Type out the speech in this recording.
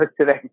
today